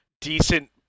decent